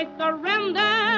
surrender